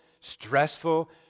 stressful